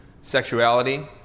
sexuality